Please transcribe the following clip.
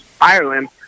Ireland